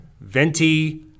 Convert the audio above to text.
venti